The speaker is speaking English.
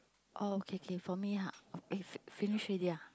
orh okay K for me ah eh fi~ finish already ah